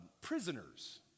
prisoners